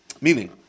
meaning